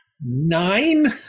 Nine